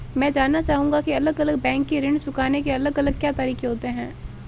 मैं जानना चाहूंगा की अलग अलग बैंक के ऋण चुकाने के अलग अलग क्या तरीके होते हैं?